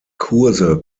kurse